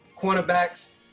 cornerbacks